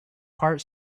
part